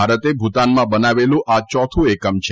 ભારતે ભૂતાનમાં બનાવેલું આ ચોથું એકમ છે